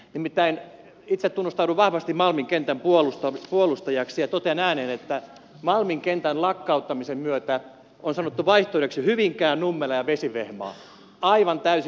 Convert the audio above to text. nimittäin itse tunnustaudun vahvasti malmin kentän puolustajaksi ja totean ääneen että malmin kentän lakkauttamisen myötä on sanottu vaihtoehdoiksi hyvinkää nummela ja vesivehmaa aivan täysin korpikenttiä